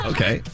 Okay